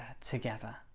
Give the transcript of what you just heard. together